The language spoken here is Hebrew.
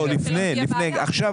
ברגע שתהיה החלטה --- לא, לפני, עכשיו.